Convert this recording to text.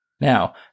Now